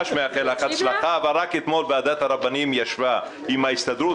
אבל רק אתמול ועדת הרבנים ישבה עם ההסתדרות